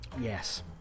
Yes